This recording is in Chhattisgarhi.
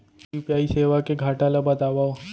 यू.पी.आई सेवा के घाटा ल बतावव?